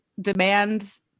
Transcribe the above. demands